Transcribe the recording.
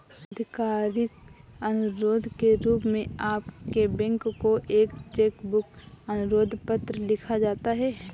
आधिकारिक अनुरोध के रूप में आपके बैंक को एक चेक बुक अनुरोध पत्र लिखा जाता है